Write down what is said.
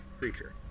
creature